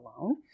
alone